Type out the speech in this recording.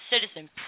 citizen